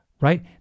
right